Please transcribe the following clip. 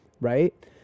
Right